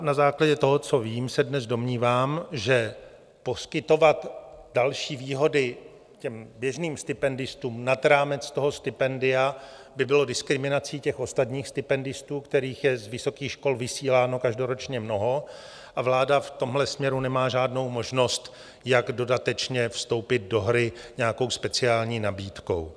Na základě toho, co vím, se dnes domnívám, že poskytovat další výhody běžným stipendistům nad rámec stipendia by bylo diskriminací ostatních stipendistů, kterých je z vysokých škol vysíláno každoročně mnoho a vláda v tomhle směru nemá žádnou možnost, jak dodatečně vstoupit do hry nějakou speciální nabídkou.